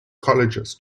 colleges